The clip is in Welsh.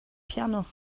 piano